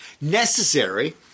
necessary